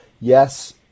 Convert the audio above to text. yes